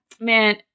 Man